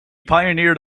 pioneered